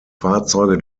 fahrzeuge